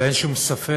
ואין שום ספק